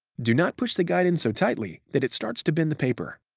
do not push the guide in so tightly that it starts to bend the paper.